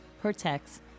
protects